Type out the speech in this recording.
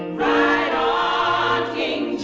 ride on king